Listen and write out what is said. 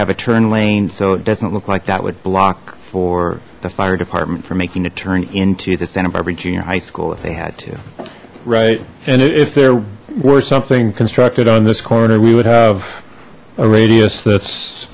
have a turn lane so it doesn't look like that would block for the fire department for making a turn into the santa barbara junior high school if they had to right and if there were something constructed on this corner we would have a radius that's